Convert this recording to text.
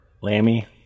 Lammy